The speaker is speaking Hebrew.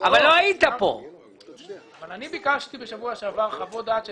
אני לא חושב שיש מקום לעצור את